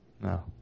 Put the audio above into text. No